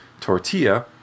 tortilla